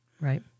Right